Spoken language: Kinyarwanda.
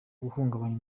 guhungabanya